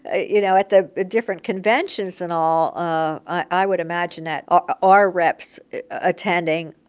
you know, at the different conventions and all, ah i would imagine that ah our reps attending,